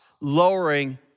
lowering